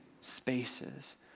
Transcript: spaces